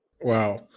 Wow